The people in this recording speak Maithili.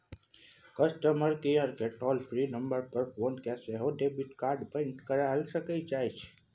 कस्टमर केयरकेँ टॉल फ्री नंबर पर फोन कए सेहो डेबिट कार्ड बन्न कराएल जाइ छै